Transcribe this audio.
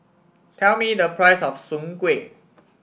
tell me the price of Soon Kuih